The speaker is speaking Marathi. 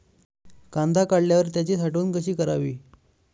कांदा काढल्यावर त्याची साठवण कशी करावी?